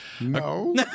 No